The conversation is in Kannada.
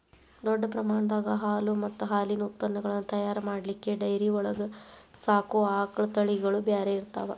ದೊಡ್ಡ ಪ್ರಮಾಣದಾಗ ಹಾಲು ಮತ್ತ್ ಹಾಲಿನ ಉತ್ಪನಗಳನ್ನ ತಯಾರ್ ಮಾಡ್ಲಿಕ್ಕೆ ಡೈರಿ ಒಳಗ್ ಸಾಕೋ ಆಕಳ ತಳಿಗಳು ಬ್ಯಾರೆ ಇರ್ತಾವ